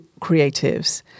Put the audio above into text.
creatives